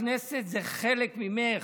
הכנסת זה חלק ממך.